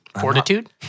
fortitude